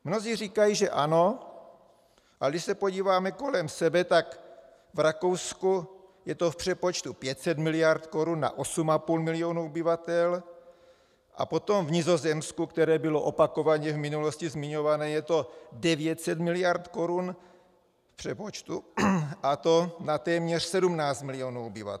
Mnozí říkají, že ano, ale když se podíváme kolem sebe, tak v Rakousku je to v přepočtu 500 miliard korun na 8,5 milionu obyvatel, a potom v Nizozemí, které bylo opakovaně v minulosti zmiňované, je to 900 miliard korun v přepočtu, a to na téměř 17 milionů obyvatel.